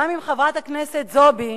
גם אם חברת הכנסת זועבי